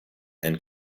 and